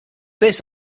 this